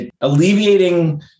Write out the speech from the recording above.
alleviating